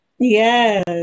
Yes